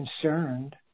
concerned